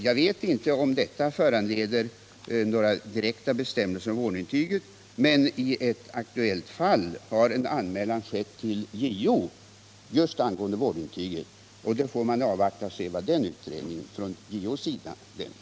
Jag vet inte om denna översyn kommer att föranleda några direkta bestämmelser om vårdintyget, men i ett aktuellt fall har en anmälan skett till JO angående sådant vårdintyg, och vi får avvakta vad JO:s utredning i det ärendet leder till.